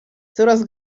coraz